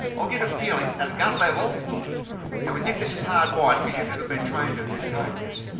i'll get a feeling, at a gut level, and we think this is hard wired because you've never been trained to decode this.